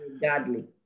Godly